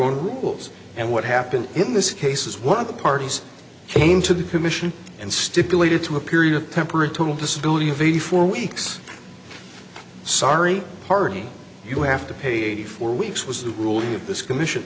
own rules and what happened in this case is one of the parties came to the commission and stipulated to a period of temperate total disability of eighty four weeks sorry party you have to pay eighty four weeks was the rule of this commission